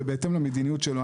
ובהתאם למדיניות שלו,